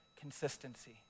consistency